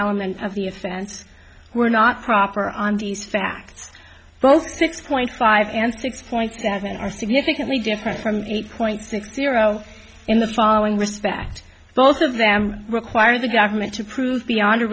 element of the offense were not proper on these facts both six point five and six point seven are significantly different from eight point six zero in the following respect both of them require the government to prove beyond a